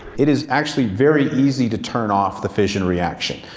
it is actually very easy to turn off the fission reaction.